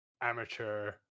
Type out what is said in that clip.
amateur